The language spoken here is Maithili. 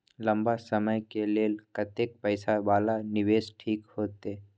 लंबा समय के लेल कतेक पैसा वाला निवेश ठीक होते?